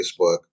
Facebook